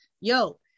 yo